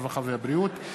הרווחה והבריאות,